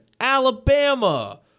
Alabama